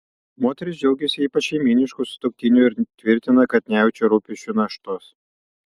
moteris džiaugiasi ypač šeimynišku sutuoktiniu ir tvirtina kad nejaučia rūpesčių naštos